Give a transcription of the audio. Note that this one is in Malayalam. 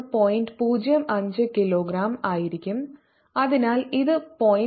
05 20014 ms അതിനാൽ ഇത് 0